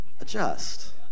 Adjust